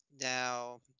now